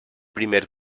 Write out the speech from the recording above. primer